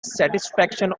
satisfaction